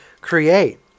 create